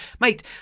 mate